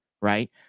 right